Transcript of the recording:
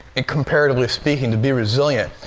and comparatively speaking, to be resilient.